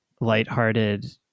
lighthearted